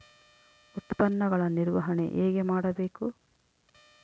ಉತ್ಪನ್ನಗಳ ನಿರ್ವಹಣೆ ಹೇಗೆ ಮಾಡಬೇಕು?